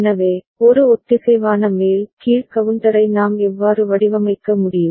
எனவே ஒரு ஒத்திசைவான மேல் கீழ் கவுண்டரை நாம் எவ்வாறு வடிவமைக்க முடியும்